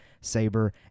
saber